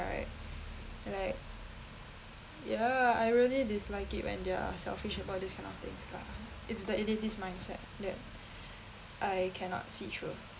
like ya I really dislike it when they're selfish about this kind of things lah is the elitist mindset that I cannot see through